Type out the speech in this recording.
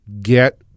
get